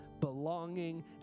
belonging